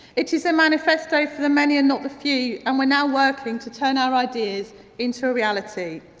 it is a manifesto for the many and not the few and we're now working to turn our ideas into a reality.